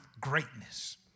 greatness